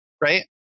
right